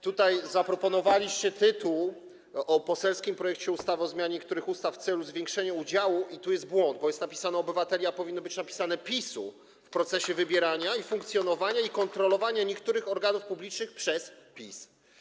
Tutaj zaproponowaliście tytuł: poselski projekt ustawy o zmianie niektórych ustaw w celu zwiększenia udziału, i tu jest błąd, bo jest napisane „obywateli”, a powinno być napisane „PiS-u”, w procesie wybierania, funkcjonowania i kontrolowania niektórych organów publicznych „przez PiS”